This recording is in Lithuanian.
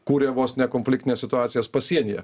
kūrė vos ne konfliktines situacijas pasienyje